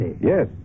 Yes